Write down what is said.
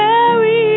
Carry